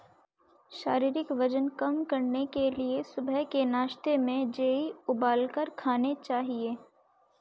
शारीरिक वजन कम करने के लिए सुबह के नाश्ते में जेई उबालकर खाने चाहिए